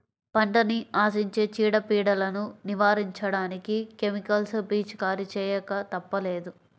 పంటని ఆశించే చీడ, పీడలను నివారించడానికి కెమికల్స్ పిచికారీ చేయక తప్పదు